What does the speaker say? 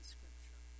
Scripture